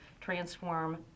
transform